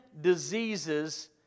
diseases